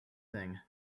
thing